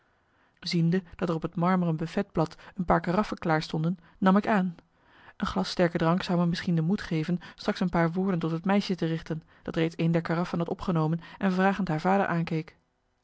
ziende dat er op het marmeren buffetblad een paar karaffen klaar stonden nam ik aan een glas sterke drank zou me misschien de moed geven straks een paar woorden tot het meisje te richten dat reeds een der karaffen had opgenomen en vragend haar vader aankeek